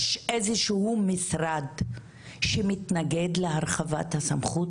יש איזה שהוא משרד שמתנגד להרחבת הסמכות?